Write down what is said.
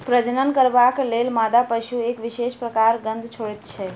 प्रजनन करबाक लेल मादा पशु एक विशेष प्रकारक गंध छोड़ैत छै